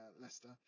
Leicester